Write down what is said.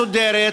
מסודרת,